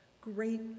great